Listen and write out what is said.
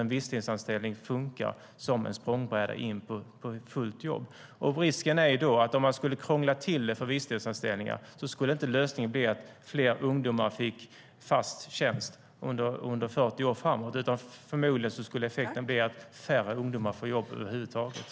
En visstidsanställning funkar som en språngbräda in på fullt jobb. Risken är att om man skulle krångla till det för visstidsanställningar skulle lösningen inte bli att fler ungdomar fick fast tjänst under 40 år framåt, utan förmodligen skulle effekten bli att färre ungdomar får jobb över huvud taget.